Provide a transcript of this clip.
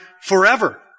Forever